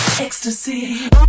Ecstasy